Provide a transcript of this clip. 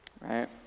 Right